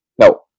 No